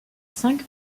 cinq